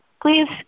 Please